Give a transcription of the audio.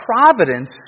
providence